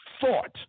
thought